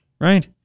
Right